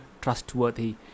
trustworthy